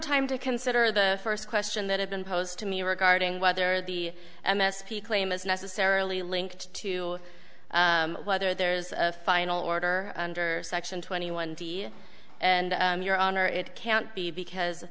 time to consider the first question that have been posed to me regarding whether the m s p claim is necessarily linked to whether there is a final order under section twenty one to you and your honor it can't be because